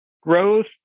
growth